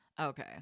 okay